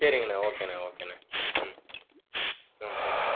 சேரிங்கண்ணா ஓகேண்ணா ஓகேண்ணா ம் ம் ஓகேண்ணா